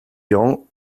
young